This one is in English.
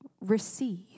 receive